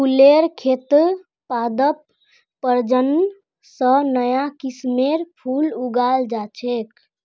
फुलेर खेतत पादप प्रजनन स नया किस्मेर फूल उगाल जा छेक